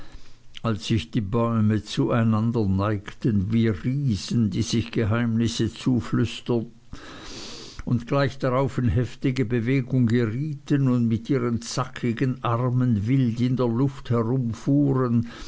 als sich die bäume zueinander neigten wie riesen die sich geheimnisse zuflüsterten und gleich darauf in heftige bewegung gerieten und mit ihren zackigen armen wild in der luft herumfuhren